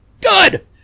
good